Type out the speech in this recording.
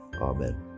Amen